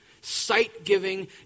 sight-giving